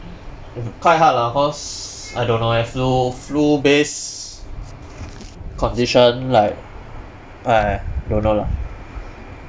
quite hard lah cause I don't know eh flu flu based condition like !aiya! don't know lah